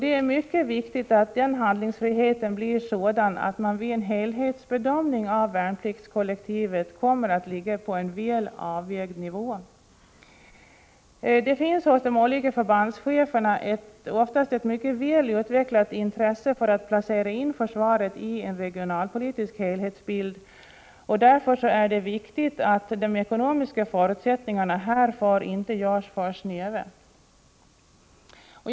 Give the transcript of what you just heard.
Det är mycket viktigt att handlingsfriheten blir sådan att man mot bakgrund av en helhetsbedömning av resandet kan finna en väl avvägd nivå när det gäller värnpliktskollektivet. Hos de olika förbandscheferna finns det oftast ett mycket väl utvecklat intresse för att placera in försvaret i en regionalpolitisk helhetsbild, och därför är det viktigt att de ekonomiska förutsättningarna härför inte görs för snäva.